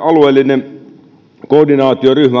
alueellinen koordinaatioryhmä